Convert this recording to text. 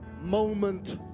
moment